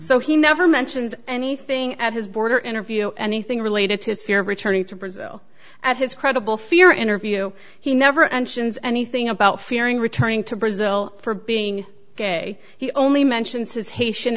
so he never mentions anything at his border interview anything related to sphere returning to brazil at his credible fear interview he never engines anything about fearing returning to brazil for being ok he only mentions his haitian